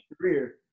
career